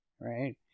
right